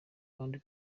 kandi